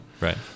Right